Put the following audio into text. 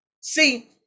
See